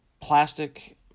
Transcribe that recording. plastic